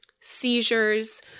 seizures